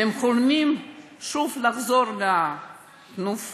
והם חולמים שוב לחזור לתנופה,